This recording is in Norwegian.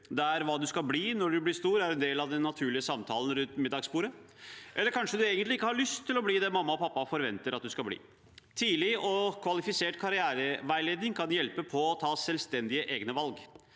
der hva du skal bli når du blir stor, er en del av den naturlige samtalen rundt middagsbordet. Eller kanskje du egentlig ikke har lyst til å bli det mamma og pappa forventer at du skal bli. Tidlig og kvalifisert karriereveiledning kan være til hjelp når man skal